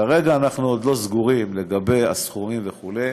כרגע אנחנו עוד לא סגורים לגבי הסכומים וכו'.